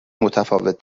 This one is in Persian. متفاوت